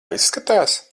izskatās